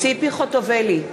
ציפי חוטובלי,